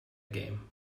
game